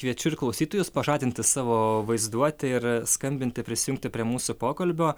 kviečiu ir klausytojus pažadinti savo vaizduotę ir skambinti prisijungti prie mūsų pokalbio